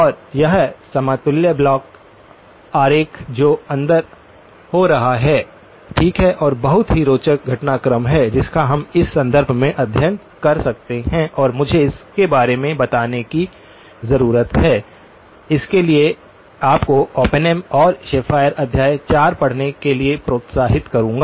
और यह समतुल्य ब्लॉक आरेख जो अंदर हो रहा है ठीक है और बहुत ही रोचक घटनाक्रम है जिसका हम इस संदर्भ में अध्ययन कर सकते हैं और मुझे इसके बारे में बताने की जरूरत है इसके लिए आपको ओपेनहेम और शेफ़र अध्याय 4 पढ़ने के लिए प्रोत्साहित करूँगा